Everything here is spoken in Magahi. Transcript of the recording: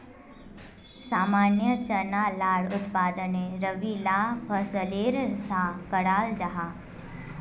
सामान्य चना लार उत्पादन रबी ला फसलेर सा कराल जाहा